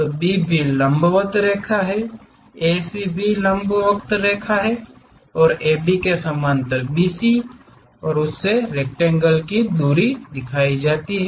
तो बी भी लंबवत रेखा A से भी लंबवत रेखा और AB के समानांतर BC से इस रेक्टेंगल की दूरी पर दिखया जाता है